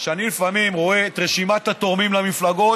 שאני לפעמים רואה את רשימת התורמים למפלגות,